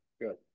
good